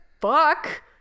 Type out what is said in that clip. fuck